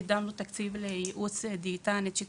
קידמנו תקציב לייעוץ של דיאטנית,